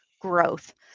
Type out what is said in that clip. growth